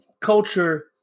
culture